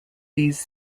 these